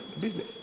Business